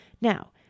Now